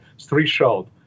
threshold